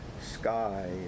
sky